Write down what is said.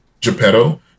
Geppetto